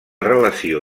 relació